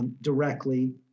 Directly